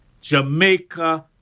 Jamaica